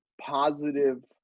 positive